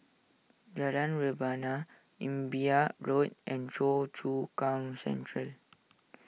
Jalan Rebana Imbiah Road and Choa Chu Kang Central